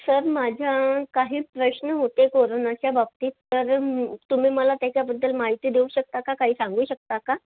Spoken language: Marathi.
सर माझे काही प्रश्न होते कोरोनाच्या बाबतीत तर तुम्ही मला त्याच्याबद्दल माहिती देऊ शकता का काही सांगू शकता का